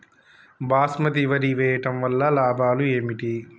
బాస్మతి వరి వేయటం వల్ల లాభాలు ఏమిటి?